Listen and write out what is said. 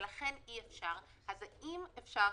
ולכן אי-אפשר האם אפשר